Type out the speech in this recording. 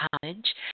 college